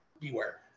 beware